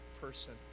person